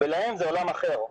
ולהם זה עולם אחר.